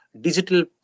digital